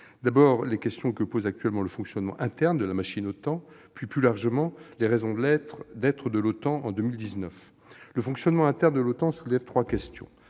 d'abord, les questions que soulève actuellement le fonctionnement interne de la « machine OTAN », puis, plus largement, les raisons d'être de l'OTAN en 2019. Le fonctionnement interne de l'OTAN soulève trois questions.